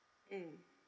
mm